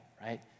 right